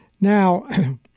Now—